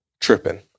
tripping